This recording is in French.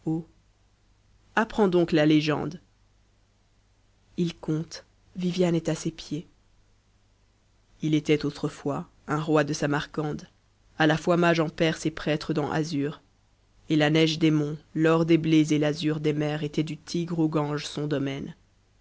donc la légende il compte viviane est à ses pieds il était autrefois un roi de samarcande a la fois mage en perse et prêtre dans assur et la neige des monts l'or des blés et l'azur des mers étaient du tigre au gange son domaine